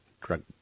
drug